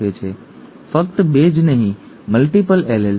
ઠીક છે ફક્ત 2 જ નહીં મલ્ટીપલ એલીલ્સ